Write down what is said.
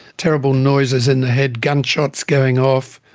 terrible noises in the head, gunshots going off,